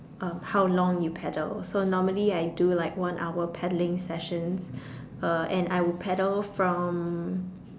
uh how long you paddle so normally I do like one hour paddling sessions uh and I would paddle from